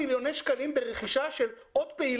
כך היינו משאירים אותם חיים ועם קצת אוויר נשימה מעל פני המים,